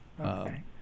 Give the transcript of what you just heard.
Okay